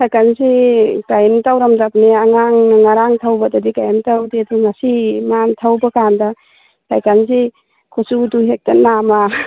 ꯁꯥꯏꯀꯜꯁꯤ ꯀꯔꯤꯝ ꯇꯧꯔꯝꯗꯕꯅꯤ ꯑꯉꯥꯡꯅ ꯉꯔꯥꯡ ꯊꯧꯕꯗꯗꯤ ꯀꯔꯤꯝ ꯇꯧꯗꯦ ꯑꯗꯨ ꯉꯁꯤ ꯃꯥꯅ ꯊꯧꯕꯀꯥꯟꯗ ꯁꯥꯏꯀꯜꯁꯤ ꯈꯨꯆꯨꯗꯨ ꯍꯦꯛꯇ ꯅꯥꯝꯃ